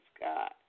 God